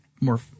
more